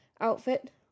outfit